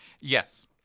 Yes